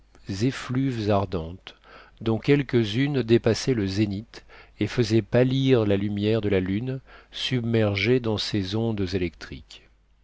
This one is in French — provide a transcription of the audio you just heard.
effluves ardentes dont quelques-unes dépassaient le zénith et faisaient pâlir la lumière de la lune submergée dans ces ondes électriques